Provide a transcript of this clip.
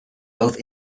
both